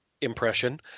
impression